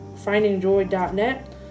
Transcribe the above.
findingjoy.net